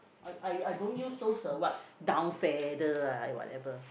I I I don't use those uh what down feather ah whatever